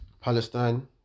Palestine